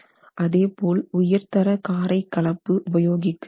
அதேபோல் உயர்தர காரை கலப்பு உபயோகிக்க வேண்டும்